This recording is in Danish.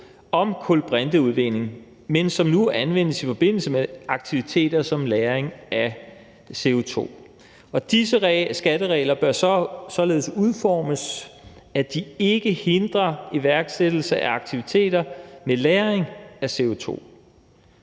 om kulbrinteudvinding, men som nu anvendes i forbindelse med aktiviteter som lagring CO2. Og disse skatteregler bør udformes således, at de ikke hindrer iværksættelse af aktiviteter med lagring af CO2.